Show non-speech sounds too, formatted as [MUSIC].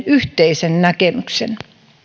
[UNINTELLIGIBLE] yhteisen näkemyksen